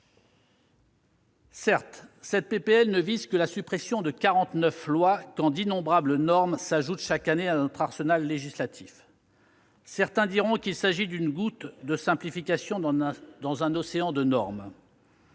proposition de loi ne vise que la suppression de quarante-neuf lois quand d'innombrables normes s'ajoutent chaque année à notre arsenal législatif. Certains diront qu'il s'agit d'une goutte de simplification dans un océan de normes.